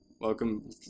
Welcome